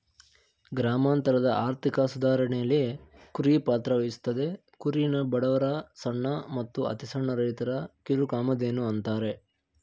ಗ್ರಾಮಾಂತರದ ಆರ್ಥಿಕ ಸುಧಾರಣೆಲಿ ಕುರಿ ಪಾತ್ರವಹಿಸ್ತದೆ ಕುರಿನ ಬಡವರ ಸಣ್ಣ ಮತ್ತು ಅತಿಸಣ್ಣ ರೈತರ ಕಿರುಕಾಮಧೇನು ಅಂತಾರೆ